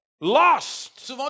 lost